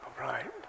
right